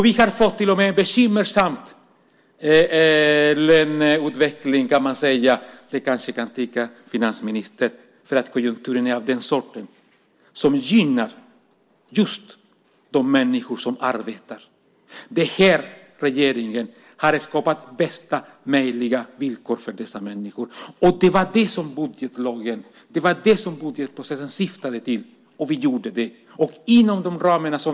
Vi har till och med fått en bekymmersam löneutveckling, kanske finansministern kan tycka, för att konjunkturen är av den sorten som gynnar de människor som arbetar. Den här regeringen har skapat bästa möjliga villkor för dessa människor. Det var det som budgetprocessen syftade till. Vi gjorde det.